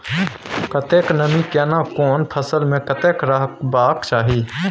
कतेक नमी केना कोन फसल मे कतेक रहबाक चाही?